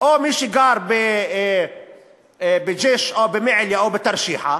או מי שגר בג'ש או במעיליא או בתרשיחא,